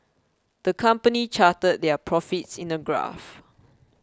the company charted their profits in a graph